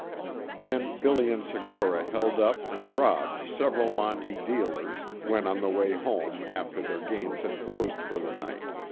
then billy and segura held up and robbed several monte dealers, when on the way home after their games had closed for the night.